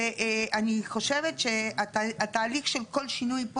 שאני חושבת שהתהליך של כל שינוי פה,